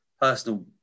personal